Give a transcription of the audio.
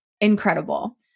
incredible